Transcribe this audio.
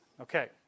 Okay